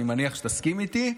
אני מניח שתסכים איתי,